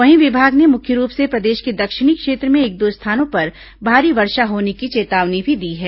वहीं विभाग ने मुख्य रूप से प्रदेश के दक्षिणी क्षेत्र में एक दो स्थानों पर भारी वर्षा होने की चेतावनी भी दी है